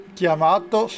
chiamato